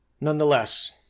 Nonetheless